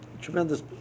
Tremendous